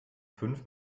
fünf